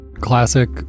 Classic